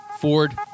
Ford